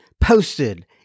posted